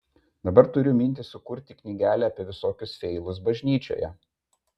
dabar turiu mintį sukurti knygelę apie visokius feilus bažnyčioje